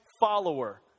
follower